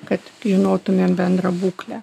kad žinotumėm bendrą būklę